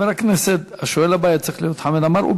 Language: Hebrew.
השואל הבא היה צריך להיות חמד עמאר,